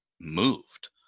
moved